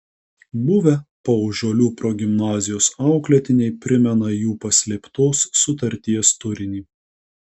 buvę paužuolių progimnazijos auklėtiniai primena jų paslėptos sutarties turinį